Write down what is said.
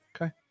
Okay